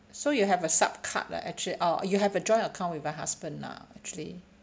so you have a sup card lah actually or you have a joint account with your husband lah actually